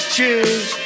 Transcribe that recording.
choose